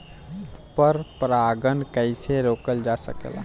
पर परागन कइसे रोकल जा सकेला?